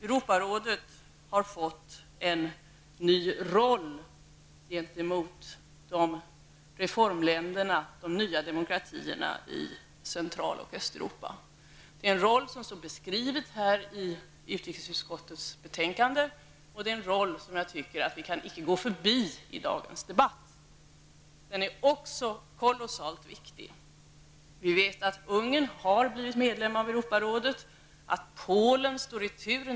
Europarådet har fått en ny roll gentemot reformländerna, de nya demokratierna i Centraloch Östeuropa. Det är en roll som står beskriven i utrikesutskottets betänkande, och det är en roll som jag tycker att vi icke kan gå förbi i dagens debatt och som är kolossalt viktig. Vi vet att Ungern har blivit medlem av Europarådet och att Polen står i tur.